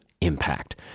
impact